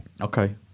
Okay